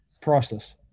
priceless